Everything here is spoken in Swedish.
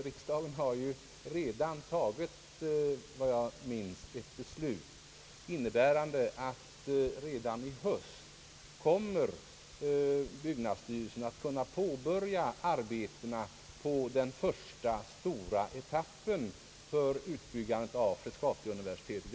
Riksdagen har ju redan fått en proposition med förslag i byggnadsfrågorna innefattande bl.a. förslag om att byggnadsstyrelsen redan i höst kommer att kunna påbörja arbetena på den första stora etappen för utbyggandet av Frescatiuniversitetet.